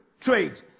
Trade